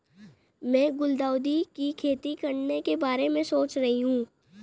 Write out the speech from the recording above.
मैं गुलदाउदी की खेती करने के बारे में सोच रही हूं